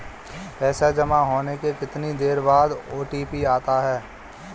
पैसा जमा होने के कितनी देर बाद ओ.टी.पी आता है?